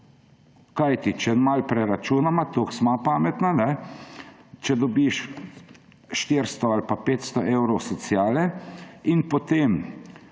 Kajti, če malo preračunava, toliko sva pametna, če dobiš 400 ali 500 evrov sociale in potem